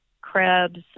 Krebs